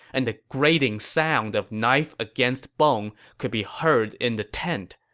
and the grating sound of knife against bone could be heard in the tent.